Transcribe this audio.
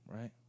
Right